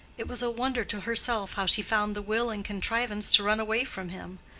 it was a wonder to herself how she found the will and contrivance to run away from him.